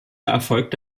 erfolgte